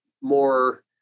more